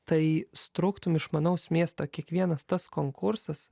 tai struktum išmanaus miesto kiekvienas tas konkursas